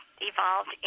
evolved